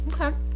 Okay